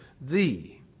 thee